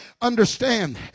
Understand